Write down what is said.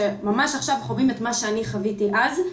שממש עכשיו חווים את מה שאני חוויתי אז,